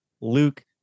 Luke